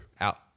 out